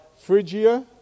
Phrygia